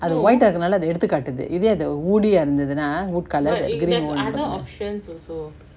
அது:athu white ah இருகுரனால அது எடுத்து காட்டுது இது அந்த:irukuranala athu eduthu kaatuthu ithu antha woodie ah இருந்துதுனா:irunthuthuna wood colour green or nim~